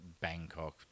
Bangkok